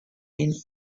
ihn